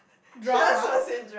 drama